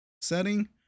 setting